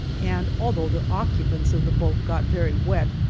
and although the occupants of the boat got very wet,